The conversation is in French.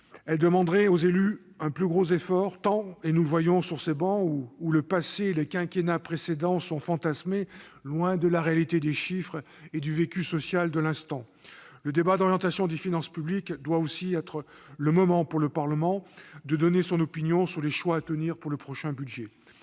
Elle demanderait aux élus un plus gros effort, tant, nous le voyons sur ces travées, le passé et les quinquennats précédents sont fantasmés, loin de la réalité des chiffres et du vécu social de l'instant. Le débat d'orientation des finances publiques doit aussi être le moment pour le Parlement de donner son opinion sur les choix à opérer pour le prochain budget.